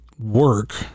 work